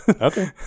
Okay